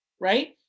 right